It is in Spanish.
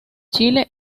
chile